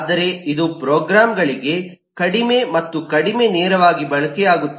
ಆದರೆ ಇದು ಪ್ರೋಗ್ರಾಮ್ ಗಳಿಗೆ ಕಡಿಮೆ ಮತ್ತು ಕಡಿಮೆ ನೇರವಾಗಿ ಬಳಕೆಯಾಗುತ್ತಿದೆ